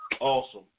Awesome